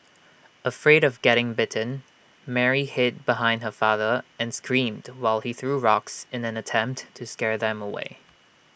afraid of getting bitten Mary hid behind her father and screamed while he threw rocks in an attempt to scare them away